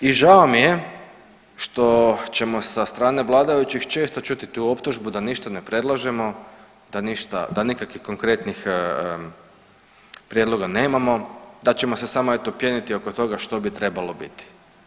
I žao mi je što ćemo sa strane vladajućih često čuti tu optužbu da ništa ne predlažemo, da ništa, da nikakvih konkretnih prijedloga nemamo, da ćemo se samo, eto, pjeniti oko toga što bi trebalo biti.